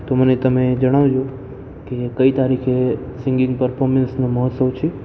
તો મને તમે જણાવજો કે કઈ તારીખે સિંગિંગ પરફોર્મન્સનો મહોત્સવ છે